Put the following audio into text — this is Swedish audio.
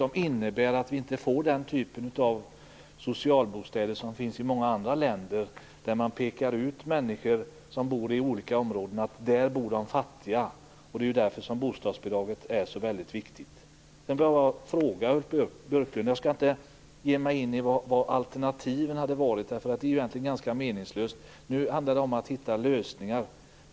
Det innebär att vi i Sverige inte har den typ av socialbostäder som finns i många andra länder, där man pekar ut människor som bor i olika områden. Man kan säga: Där bor de fattiga. Därför är bostadsbidraget så viktigt. Jag skall inte ge mig in i vilka alternativen hade varit - det är ganska meningslöst. Nu handlar det i stället om att hitta lösningar.